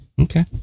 Okay